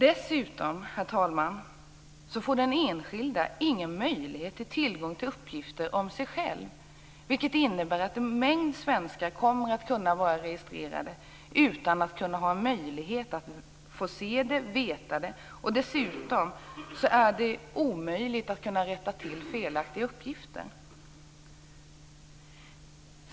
Dessutom, herr talman, får den enskilde ingen möjlighet att ta del av uppgifter om sig själv. Det innebär att en mängd svenskar kan vara registrerade utan att de har möjlighet att få se eller veta det. Dessutom är det omöjligt att rätta till felaktiga uppgifter.